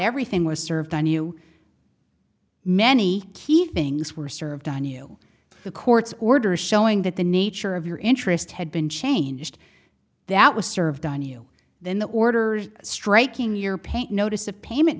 everything was served on you many key things were served on you the court's order showing that the nature of your interest had been changed that was served on you then the orders striking your paint notice of payment